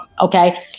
Okay